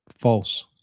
False